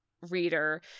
reader